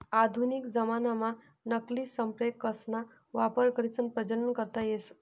आधुनिक जमानाम्हा नकली संप्रेरकसना वापर करीसन प्रजनन करता येस